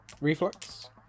Reflex